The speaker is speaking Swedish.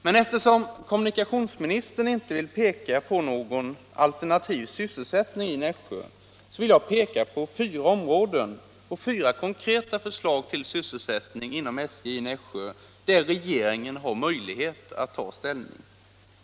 Eftersom kommunikationsministern inte vill anvisa någon alternativ sysselsättning i Nässjö, skall jag peka på fyra områden och ge fyra konkreta förslag till sysselsättning inom SJ i Nässjö, till vilka regeringen har möjlighet att ta ställning.